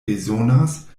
bezonas